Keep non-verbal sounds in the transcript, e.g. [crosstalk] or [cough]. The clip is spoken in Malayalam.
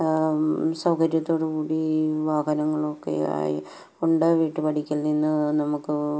സൗകര്യത്തോടുകൂടി വാഹനങ്ങളൊക്കെയായി [unintelligible] വീട്ടുപടിക്കൽ നിന്ന് നമുക്ക്